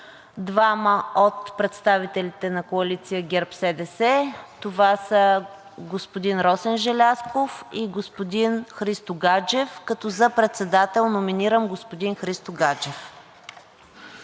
двама от представителите на коалиция ГЕРБ-СДС. Това са господин Росен Желязков и господин Христо Гаджев, като за председател номинирам господин Христо Гаджев.